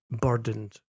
burdened